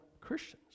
Christians